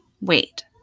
wait